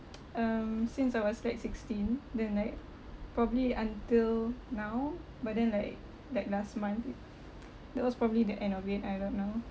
um since I was like sixteen then like probably until now but then like like last month that was probably the end of it I don't know